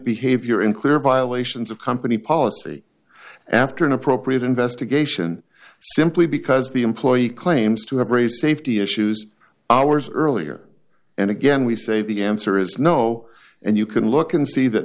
behavior in clear violations of company policy after an appropriate investigation simply because the employee claims to have raised safety issues hours earlier and again we say the answer is no and you can look and see that